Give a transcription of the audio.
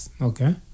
Okay